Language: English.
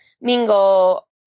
mingle